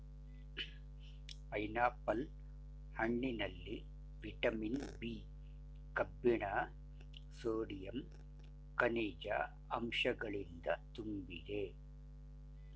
pineapple ಹಣ್ಣಿನಲ್ಲಿ vitamin B, ಕಬ್ಬಿಣ sodium, ಕನಿಜ ಅಂಶಗಳಿಂದ ತುಂಬಿದೆ